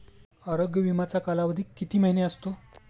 आरोग्य विमाचा कालावधी किती महिने असतो?